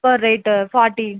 per rate forty